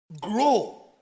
grow